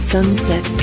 Sunset